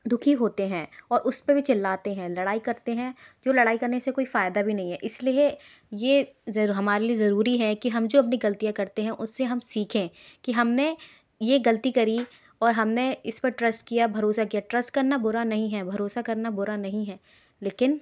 दुखी होते हैं और उस पर भी चिल्लाते हैं लड़ाई करते हैं जो लड़ाई करने से कोई फायदा भी नहीं है इसलिए ये हमारे लिए ज़रूरी है कि हम जो अपनी गलतियाँ करते हैं उसे हम सीखें की हमने यह गलती करी और हमने इस पर ट्रस्ट किया भरोसा किया ट्रस्ट करना बुरा नहीं है भरोसा करना बुरा नहीं है लेकिन